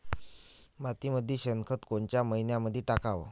मातीमंदी शेणखत कोनच्या मइन्यामंधी टाकाव?